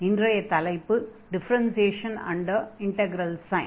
இன்றைய தலைப்பு differentiation under integral sign